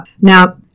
Now